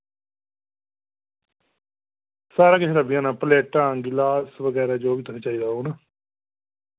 सारा किश लब्भी जाना प्लेटां ग्लास बगैरा जो बी तुसें चाहिदा होग ना